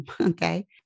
okay